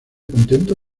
contento